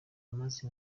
bamaze